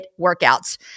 workouts